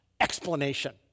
explanation